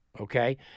Okay